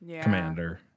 commander